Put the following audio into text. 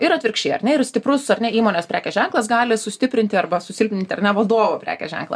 ir atvirkščiai ar ne ir stiprus ar ne įmonės prekės ženklas gali sustiprinti arba susilpninti ar ne vadovo prekės ženklą